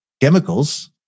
chemicals